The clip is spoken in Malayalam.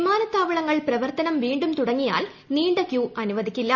വിമാനത്താവളങ്ങൾ പ്രവർത്തനം കൃപ്പൂണ്ടും തുടങ്ങിയാൽ നീണ്ട ക്യൂ അനുവദിക്കില്ല